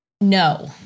No